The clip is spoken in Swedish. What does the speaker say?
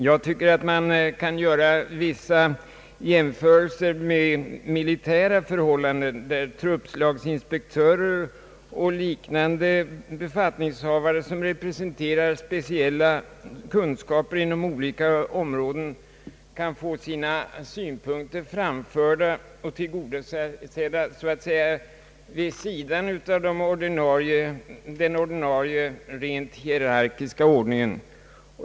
Jag tycker att man kan göra vissa jämförelser med militära förhållanden, där truppslagsinspektörer och liknande befatiningshavare, som representerar speciella kunskaper inom olika områden, kan få sina synpunkter framförda och tillgodosedda så att säga vid sidan om den ordinarie rent hierarkiska ordningen.